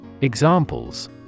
Examples